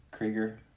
Krieger